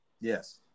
Yes